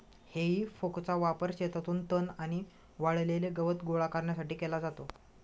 हेई फॉकचा वापर शेतातून तण आणि वाळलेले गवत गोळा करण्यासाठी केला जातो